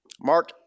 Mark